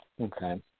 Okay